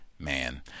Man